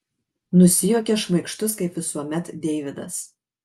nusijuokia šmaikštus kaip visuomet deividas